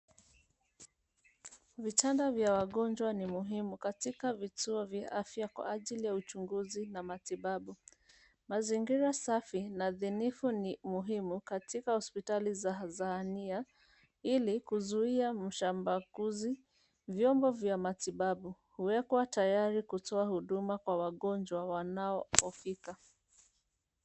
Vitanda vya wagonjwa ni muhimu katika vituo vya afya kwa ajili ya uchunguzi na matibabu. Mazingira safi na dhinifu ni muhimu katika hospitali za zahania ili kuzuia mshambakuzi. Vyombo vya matibabu huwekwa tayari kutoa huduma kwa wagonjwa wanapofika.